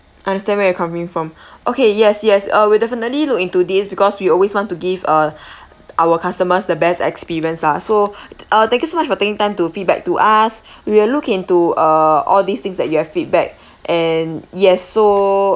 understand where you're coming from okay yes yes uh we'll definitely look into this because we always want to give uh our customers the best experience lah so uh thank you so much for taking time to feedback to us we'll look into uh all these things that you have feedback and yes so